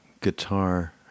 guitar